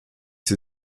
sie